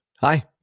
Hi